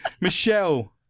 Michelle